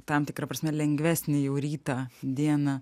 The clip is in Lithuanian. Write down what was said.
tam tikra prasme lengvesni jau rytą dieną